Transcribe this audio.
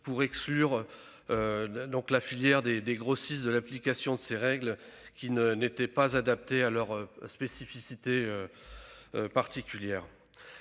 pour exclure la filière des grossistes de l'application de ces règles, qui n'étaient pas adaptées à leurs spécificités. Malgré